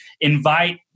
invite